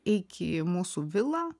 eik į mūsų vilą